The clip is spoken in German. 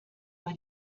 bei